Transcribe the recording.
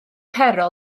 pero